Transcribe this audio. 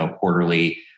quarterly